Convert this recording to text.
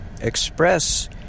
express